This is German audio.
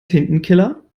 tintenkiller